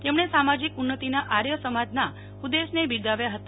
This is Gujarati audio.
તેમણે સામાજિક ઉન્નતીનાં આર્ય સમાજના ઉદેશને બિરદાવ્યા હતા